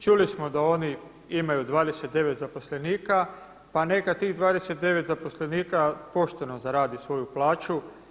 Čuli smo da oni imaju 29 zaposlenika, pa neka tih 29 zaposlenika pošteno zaradi svoju plaću.